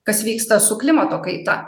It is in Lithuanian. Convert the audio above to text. kas vyksta su klimato kaita